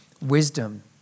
wisdom